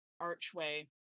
archway